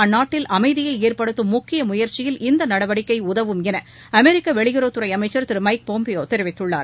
அந்நாட்டில் அமைதியை ஏற்படுத்தும் முக்கிய முயற்சியில் இந்த நடவடிக்கை உதவும் என அமெரிக்க வெளியுறவுத்துறை அமைச்சர் திரு எமக் பாம்பியோ தெரிவித்துள்ளார்